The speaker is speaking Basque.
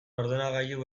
ordenagailu